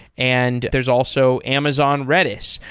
and there's also amazon redis.